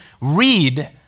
read